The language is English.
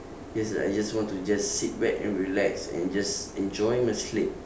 just I just want to just sit back and relax and just enjoy my sleep